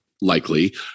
likely